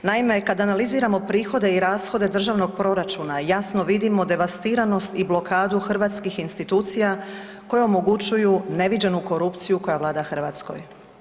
Naime, kada analiziramo prihode i rashode državnog proračuna jasno vidimo devastiranost i blokadu hrvatskih institucija koje omogućuju neviđenu korupciju koja vlada u Hrvatskoj.